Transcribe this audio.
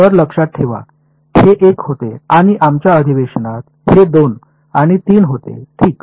तर लक्षात ठेवा हे 1 होते आणि आमच्या अधिवेशनात हे 2 आणि 3 होते ठीक